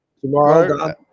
tomorrow